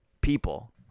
people